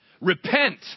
Repent